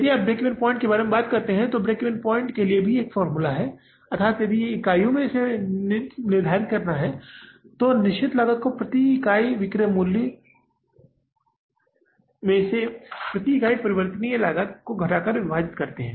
यदि आप break even point की बात करते हैं तो ब्रेक ईवन पॉइंट के लिए भी एक फॉर्मूला है अर्थात यदि यह इकाइयों में पाया जाना है तो निश्चित लागत को प्रति इकाई विक्रय मूल्य से प्रति इकाई परिवर्तनीय लागत घटाकर विभाजित करते है